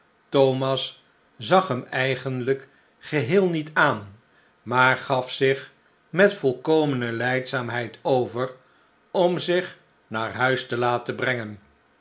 thomas zag hem eigenlijk geheel niet aan maar gaf zich met volkomene lijdzaamheid over om zich naar huis te laten brengen